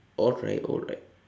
alright alright